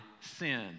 sin